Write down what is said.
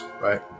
right